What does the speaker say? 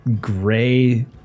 gray